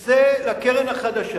היא ל"קרן החדשה"